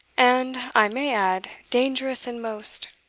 and, i may add, dangerous in most.